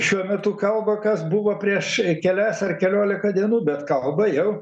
šiuo metu kalba kas buvo prieš kelias ar keliolika dienų bet kalba jau